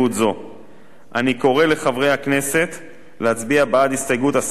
אני קורא לחברי הכנסת להצביע בעד הסתייגות השר להגנת הסביבה,